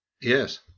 Yes